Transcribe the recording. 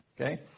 Okay